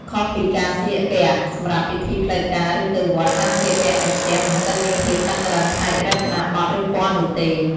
ខុសពីការស្លៀកពាក់សម្រាប់ពិធីផ្លូវការ ឬទៅវត្ត ការស្លៀកពាក់នៅផ្ទះមិនសូវមានភាពតឹងរ៉ឹងផ្នែករចនាបថ ឬពណ៌នោះទេ។